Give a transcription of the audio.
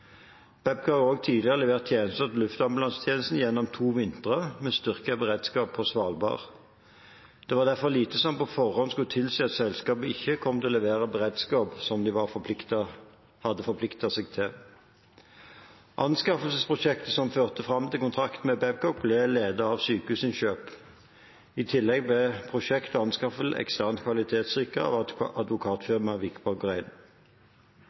har også tidligere levert tjenester til Luftambulansetjenesten gjennom to vintre med styrket beredskap for Svalbard. Det var derfor lite som på forhånd skulle tilsi at selskapet ikke kom til å levere beredskapen som de hadde forpliktet seg til. Anskaffelsesprosjektet som førte fram til kontrakten med Babcock, ble ledet av Sykehusinnkjøp. I tillegg ble prosjektet og